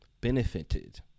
benefited